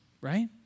right